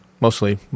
Mostly